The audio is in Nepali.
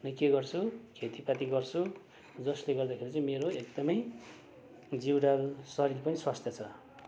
के गर्छु खेतीपाती गर्छु जसले गर्दाखेरि चाहिँ मेरो एकदमै जिउडाल शरीर पनि स्वस्थ्य छ